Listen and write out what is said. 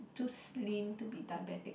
too slim to be diabetic